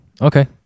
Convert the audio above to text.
Okay